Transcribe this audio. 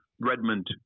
Redmond